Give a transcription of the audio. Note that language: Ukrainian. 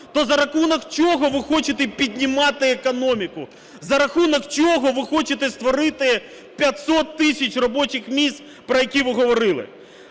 То за рахунок чого ви хочете піднімати економіку? За рахунок чого ви хочете створити 500 тисяч робочих місць, про які ви говорили?